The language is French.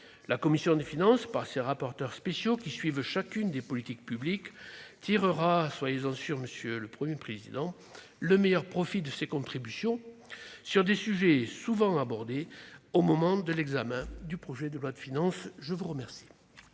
La commission des finances, par ses rapporteurs spéciaux, qui suivent chacune des politiques publiques, tirera- soyez-en sûr, monsieur le Premier président -le meilleur profit de ces contributions, sur des sujets souvent abordés au moment de l'examen des projets de loi de finances. La parole